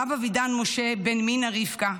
הרב אבידן משה בן מינה רבקה,